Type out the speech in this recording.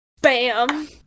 Bam